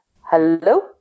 Hello